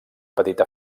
petita